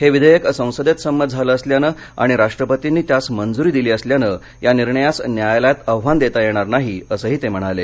हे विधेयक संसदेत संमत झालं असल्यानं आणि राष्ट्रपतींनी त्यास मंजुरी दिली असल्यानं या निर्णयास न्यायालयात आव्हान देता येणार नाही असंही ते म्हणाले